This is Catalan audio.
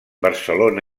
barcelona